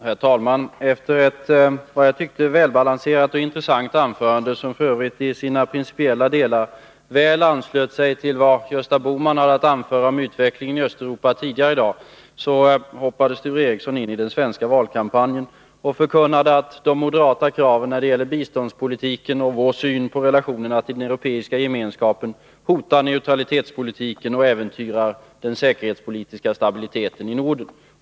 Herr talman! Efter ett, som jag tyckte, välbalanserat och intressant anförande, som f. ö. i sina principiella delar väl anslöt sig till vad Gösta Bohman tidigare i dag hade att anföra om utvecklingen i Östeuropa, hoppade Sture Ericson ini den svenska valkampanjen och förkunnade att de moderata kraven när det gäller biståndspolitiken, och vår syn på relationerna till den europeiska gemenskapen, hotar neutralitetspolitiken och äventyrar den säkerhetspolitiska stabiliteten i Norden.